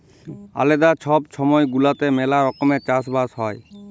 আলেদা ছব ছময় গুলাতে ম্যালা রকমের চাষ বাস হ্যয়